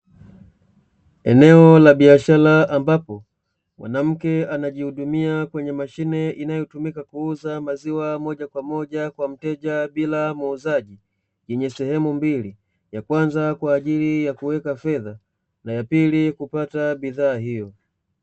Eneo la biashara ambapo mwanamke anajihudumia kwenye mashine inayotumika kuuza maziwa moja kwa moja kwa mteja bila ya muuzaji, yenye sehemu mbili ya kwanza kwa ajili ya kuweka fedha na ya pili kupata bidhaa hiyo.